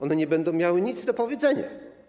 One nie będą miały nic do powiedzenia.